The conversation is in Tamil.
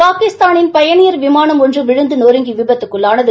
பாகிஸ்தானின் பயணியர் விமானம் ஒன்று விழுந்து நொறுங்கி விபத்துக்குள்ளானது